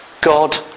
God